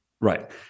Right